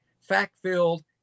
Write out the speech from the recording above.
fact-filled